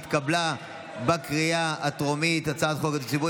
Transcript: התשפ"ג 2022,